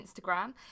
Instagram